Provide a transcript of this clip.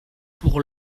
pour